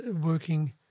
working